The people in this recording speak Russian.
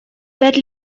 пять